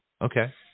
Okay